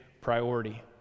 priority